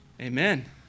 Amen